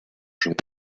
jouer